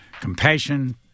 compassion